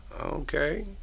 Okay